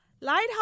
Lighthouse